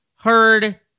heard